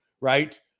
Right